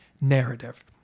narrative